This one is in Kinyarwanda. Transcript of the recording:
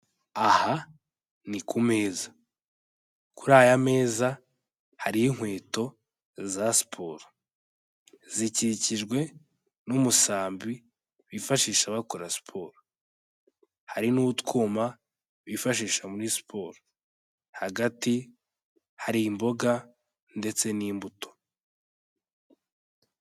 Aha ni ku meza, kuri aya meza hari inkweto za siporo, zikikijwe n'umusambi bifashisha bakora siporo, hari n'utwuma bifashisha muri siporo, hagati hari imboga ndetse n'imbuto.